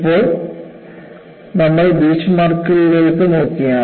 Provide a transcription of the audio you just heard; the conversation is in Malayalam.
ഇപ്പോൾ നമ്മൾ ബീച്ച്മാർക്കുകളിലേക്ക് നോക്കുകയാണ്